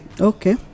Okay